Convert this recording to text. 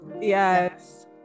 yes